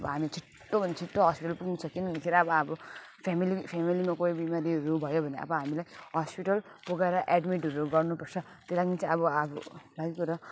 अब हामी छिटोभन्दा छिटो हस्पिटल पुग्नु छ किनभन्दाखेरि अब अब फ्यामिली फ्यामिलीमा कोही बिमारीहरू भयो भने अब हामीलाई हस्पिटल पुगाएर एडमिटहरू गर्नुपर्छ त्यही लागिन् चाहिँ अब